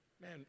Man